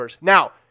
Now